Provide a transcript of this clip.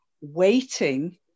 waiting